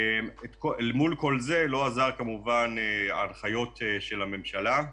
אל מול כל זה לא עזרו כמובן ההנחיות של הממשלה.